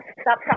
stop